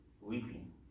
weeping